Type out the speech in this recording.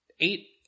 Eight